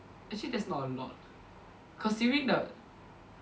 actually that's not a lot considering the